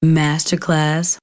masterclass